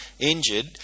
injured